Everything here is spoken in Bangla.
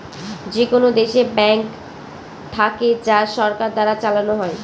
যেকোনো দেশে ব্যাঙ্ক থাকে যা সরকার দ্বারা চালানো হয়